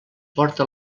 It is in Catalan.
porta